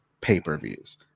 pay-per-views